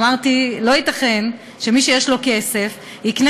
אמרתי: לא ייתכן שמי שיש לו כסף יקנה